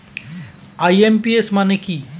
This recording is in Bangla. আই.এম.পি.এস মানে কি?